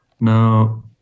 Now